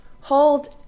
Hold